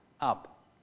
up